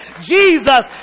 Jesus